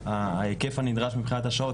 ההיקף הנדרש מבחינת השעות,